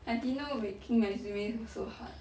I didn't know making resume was so hard